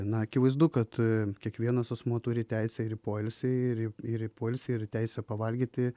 na akivaizdu kad kiekvienas asmuo turi teisę ir į poilsį ir ir į poilsį ir teisę pavalgyti